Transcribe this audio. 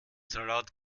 salat